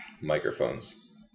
microphones